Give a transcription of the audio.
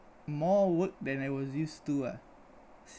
more work than I was used to ah